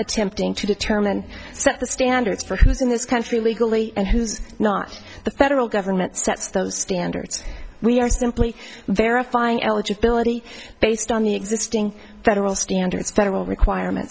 attempting to determine set the standards for who's in this country legally and who's not the federal government steps those standards we are simply verifying eligibility based on the existing federal standards federal requirements